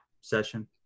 session